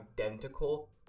identical